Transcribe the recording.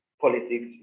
politics